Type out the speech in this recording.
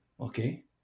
Okay